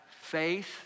faith